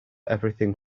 everything